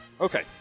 okay